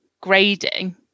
grading